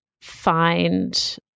find